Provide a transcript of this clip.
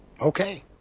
Okay